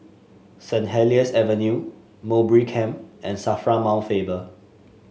Saint Helier's Avenue Mowbray Camp and Safra Mount Faber